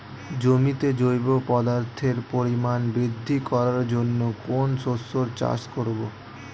জমিতে জৈব পদার্থের পরিমাণ বৃদ্ধি করার জন্য কোন শস্যের চাষ করবো?